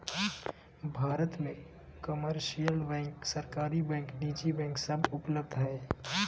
भारत मे commercial bank, सरकारी bank, निजी बैंक सब उपलब्ध हय